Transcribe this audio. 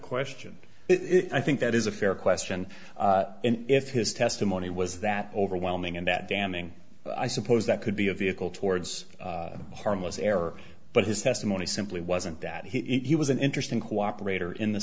question it i think that is a fair question and if his testimony was that overwhelming and that damning i suppose that could be a vehicle towards harmless error but his testimony simply wasn't that he was an interesting cooperator in the